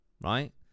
right